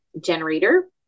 generator